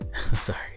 sorry